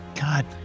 God